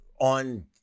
on